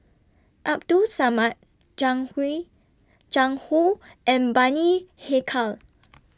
Abdul Samad Jiang Hui Jiang Hu and Bani Haykal